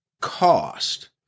cost